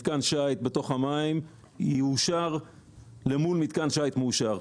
מתקן שיט בתוך המים יאושר למול מתקן שיט מאושר.